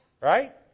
Right